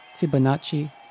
Fibonacci